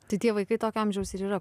tai tie vaikai tokio amžiaus ir yra